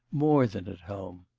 more than at home.